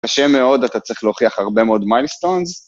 קשה מאוד, אתה צריך להוכיח הרבה מאוד מייליסטונס.